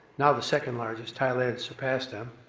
now the second largest, thailand surpassed them.